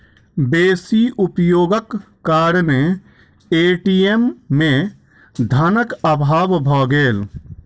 बेसी उपयोगक कारणेँ ए.टी.एम में धनक अभाव भ गेल